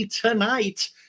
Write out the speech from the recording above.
tonight